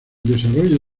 desarrollo